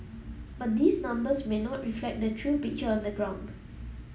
but these numbers may not reflect the true picture on the ground